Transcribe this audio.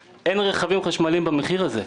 אסבר את אוזנך: אין רכבים חשמליים במחיר הזה.